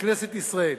בכנסת ישראל.